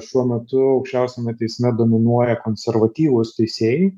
šiuo metu aukščiausiame teisme dominuoja konservatyvūs teisėjai